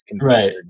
right